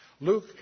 Luke